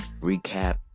Recap